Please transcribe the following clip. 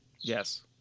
Yes